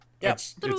yes